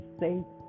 safe